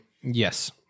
Yes